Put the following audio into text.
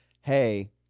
Hey